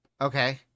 Okay